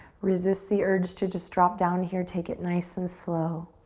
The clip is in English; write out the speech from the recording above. resist the urge to just drop down here. take it nice and slow.